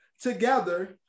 together